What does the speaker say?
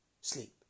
Sleep